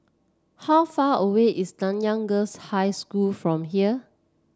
how far away is Nanyang Girls' High School from here